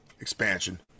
expansion